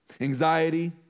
Anxiety